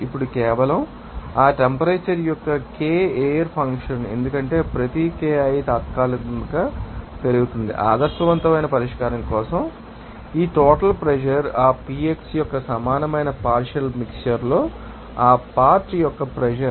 ఇప్పుడు కేవలం ఆ టెంపరేచర్ యొక్క ఈ Ki ఎయిర్ ఫంక్షన్ ఎందుకంటే ప్రతి Ki తాత్కాలికంతో పెరుగుతుంది ఆదర్శవంతమైన పరిష్కారం కోసం అక్కడ చెప్పారు ఈ టోటల్ ప్రెషర్ ఆ Pivxiయొక్క సమానమైన పార్షియల్ మిక్శ్చర్ లో ఆ పార్ట్ యొక్క ప్రెషర్